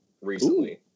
recently